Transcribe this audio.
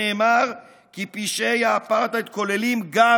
נאמר כי פשעי האפרטהייד כוללים גם,